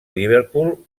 liverpool